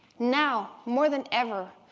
now, more than ever,